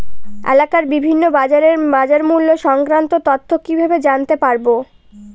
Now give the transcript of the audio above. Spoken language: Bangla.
এলাকার বিভিন্ন বাজারের বাজারমূল্য সংক্রান্ত তথ্য কিভাবে জানতে পারব?